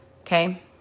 Okay